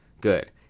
Good